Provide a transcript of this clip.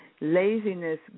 Laziness